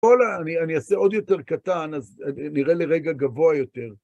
הולה, אני אעשה עוד יותר קטן, אז נראה לרגע גבוה יותר.